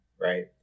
right